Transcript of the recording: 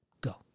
Go